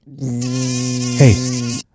hey